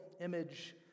image